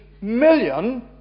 million